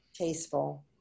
tasteful